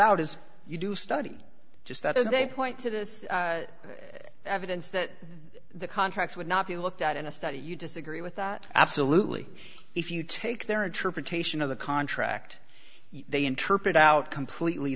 out as you do study just that and they point to the evidence that the contract would not be looked at in a study you disagree with that absolutely if you take their interpretation of the contract they interpret out completely